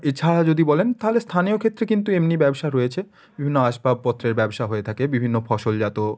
এছাড়া যদি বলেন তাহলে স্থানীয় ক্ষেত্রে কিন্তু এমনি ব্যবসা রয়েছে না আসবাবপত্রের ব্যবসা হয়ে থাকে বিভিন্ন ফসলজাত